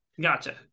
Gotcha